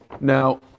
Now